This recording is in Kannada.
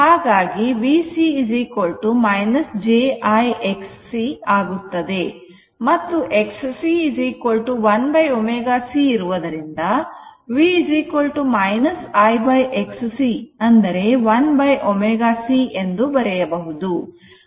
ಹಾಗಾಗಿ VC jI Xc ಆಗುತ್ತದೆ ಮತ್ತು Xc 1 ω c ಇರುವದರಿಂದ V I Xc 1ω c ಎಂದು ಬರೆಯಬಹುದು